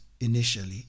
initially